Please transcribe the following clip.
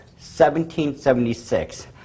1776